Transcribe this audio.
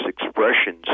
expressions